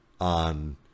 on